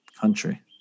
country